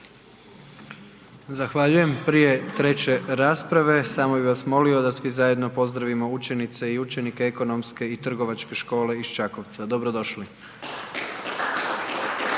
Zahvaljujem. Prije 3. rasprave, samo bih vas molio da svi zajedno pozdravimo učenice i učenike Ekonomske i trgovačke škole iz Čakovca. Dobrodošli.